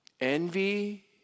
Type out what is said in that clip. envy